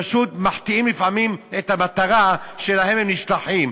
פשוט מחטיאים לפעמים את המטרה שלשמה הם נשלחים.